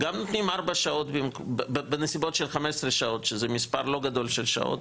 גם נותנים 4 שעות בנסיבות של 15 שעות שזה מספר לא גדול של שעות.